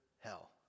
hell